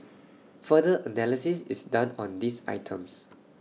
further analysis is done on these items